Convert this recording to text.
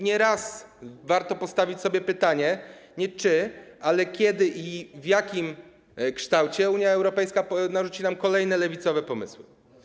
Nieraz warto postawić sobie pytanie nie czy, ale kiedy i w jakim kształcie Unia Europejska narzuci nam kolejne lewicowe pomysły.